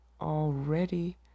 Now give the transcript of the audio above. already